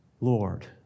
Lord